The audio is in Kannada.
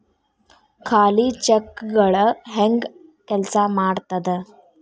ಖಾಲಿ ಚೆಕ್ಗಳ ಹೆಂಗ ಕೆಲ್ಸಾ ಮಾಡತದ?